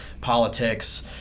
politics